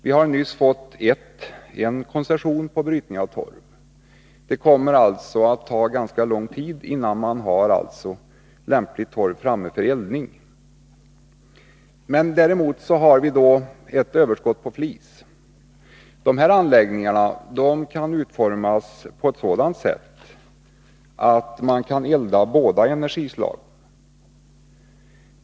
Vi har nyligen fått en koncession för brytning av torv, men det kommer alltså att ta ganska lång tid innan man har lämplig torv framme för eldning. Däremot har vi ett överskott på flis. Anläggningarna kan utformas på ett sådant sätt att man kan elda med båda bränsleslagen.